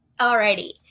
Alrighty